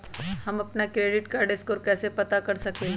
हम अपन credit score कैसे पता कर सकेली?